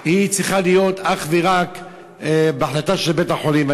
צריכה להיות אך ורק בהחלטה של בית-החולים.